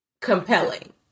compelling